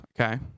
okay